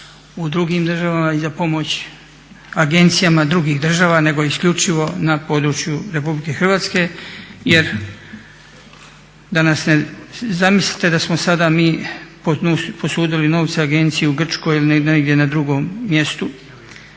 u drugim državama i za pomoć agencijama drugih država nego isključivo na području Republike Hrvatske jer da nas ne, zamislite da smo sada mi posudili novce Agenciji u Grčkoj ili negdje na drugom mjestu